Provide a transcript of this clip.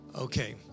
Okay